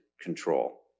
control